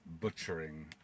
butchering